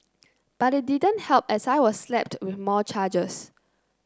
but it didn't help as I was slapped with more charges